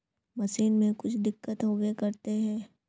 Machine में कुछ दिक्कत होबे करते है?